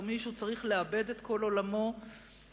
מישהו צריך לאבד את כל עולמו האידיאולוגי,